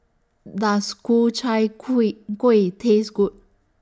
Does Ku Chai Kuih Taste Good